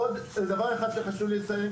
עוד דבר אחד שחשוב לי לציין,